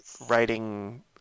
writing